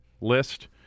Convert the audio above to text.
list